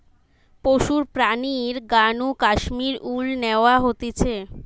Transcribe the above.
পশুর প্রাণীর গা নু কাশ্মীর উল ন্যাওয়া হতিছে